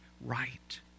right